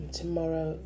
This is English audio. tomorrow